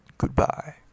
Goodbye